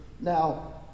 Now